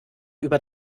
über